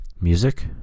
Music